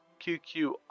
QQ